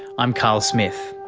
i'm carl smith.